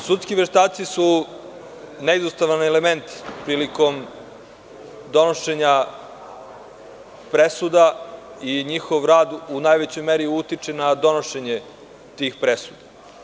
Sudski veštaci su neizostavan element prilikom donošenja presuda i njihov rad u najvećoj meri utiče na donošenje tih presuda.